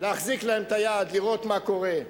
להחזיק להם את היד, לראות מה קורה.